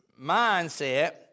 mindset